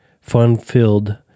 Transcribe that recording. fun-filled